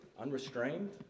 unrestrained